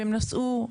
שהם נסעו,